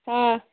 آ